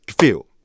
feel